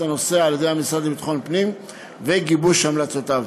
הנושא על ידי המשרד לביטחון הפנים וגיבוש המלצותיו.